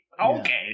Okay